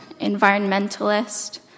environmentalist